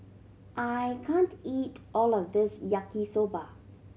I can't eat all of this Yaki Soba